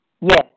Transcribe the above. Yes